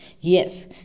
yes